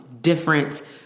different